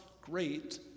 great